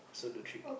solo trip